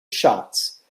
shots